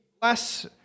bless